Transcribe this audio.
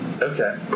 Okay